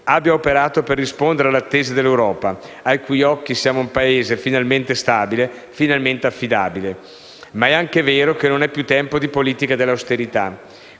abbia operato per rispondere alle attese dell'Europa, ai cui occhi siamo un Paese finalmente stabile e finalmente affidabile. Ma è anche vero che non è più tempo di politiche dell'austerità.